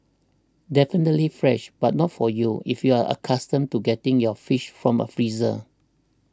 definitely fresh but not for you if you're accustomed to getting your fish from a freezer